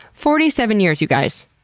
forty seven years, you guys!